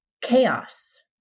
chaos